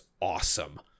awesome